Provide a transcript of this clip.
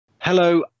Hello